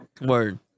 Word